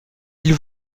ils